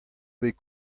bet